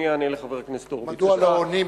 מדוע לא עונים.